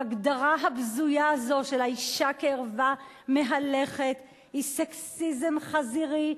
וההגדרה הבזויה הזאת של האשה כערווה מהלכת היא סקסיזם חזירי,